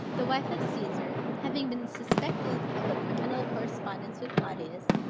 the wife of caesar, having been suspected of a criminal correspondence with claudius,